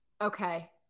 Okay